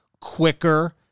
quicker